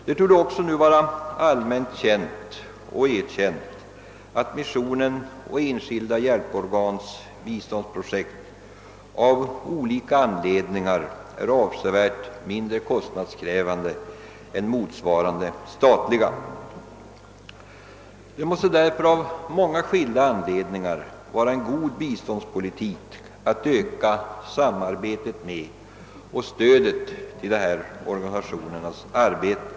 Det torde också nu vara allmänt känt och erkänt att missionen och enskilda hjälporgans biståndsprojekt av olika anledningar är avsevärt mindre kostnadskrävande än motsvarande statliga insatser. Det måste därför av många orsaker vara en god biståndspolitik att öka samarbetet med och stödet till dessa organisationers arbete.